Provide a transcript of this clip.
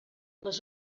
les